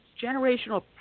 Generational